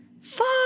Fuck